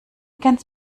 ganz